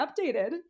updated